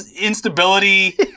instability